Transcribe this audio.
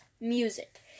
music